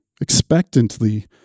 expectantly